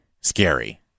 scary